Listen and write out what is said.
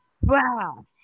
wow